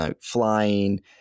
flying